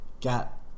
got